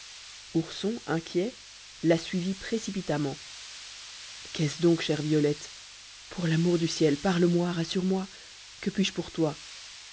ourson inquiet la suivit précipitamment qu'est-ce donc chère violette pour l'amour du ciel parle-moi rassure moi que puis-je pour toi